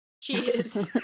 Cheers